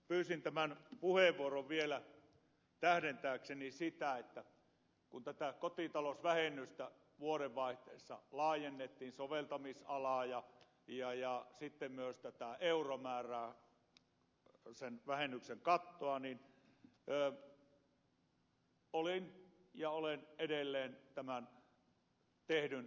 pyysin tämän puheenvuoron vielä tähdentääkseni sitä että kun tätä kotitalousvähennystä vuodenvaihteessa laajennettiin soveltamisalaa ja sitten myös tätä euromäärää sen vähennyksen kattoa niin olin ja olen edelleen tämän tehdyn uudistuksen kannalla